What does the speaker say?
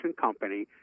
company